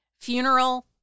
funeral